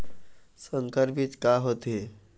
संकर बीज का होथे?